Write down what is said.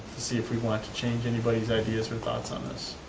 to see if we'd want to change anybody's ideas or thoughts on this?